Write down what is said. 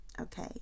Okay